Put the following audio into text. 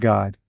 God